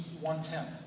one-tenth